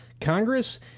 Congress